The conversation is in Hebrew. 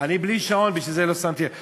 אני בלי שעון, בגלל זה לא שמתי לב.